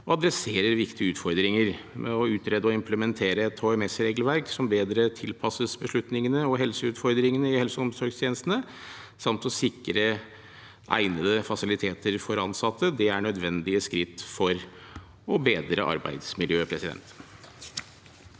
og adresserer viktige utfordringer med å utrede og implementere et HMS-regelverk som bedre tilpasses beslutningene og helseutfordringene i helse- og omsorgstjenestene, samt å sikre egnede fasiliteter for ansatte. Det er nødvendige skritt for å bedre arbeidsmiljøet. Alfred Jens